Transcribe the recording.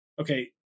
okay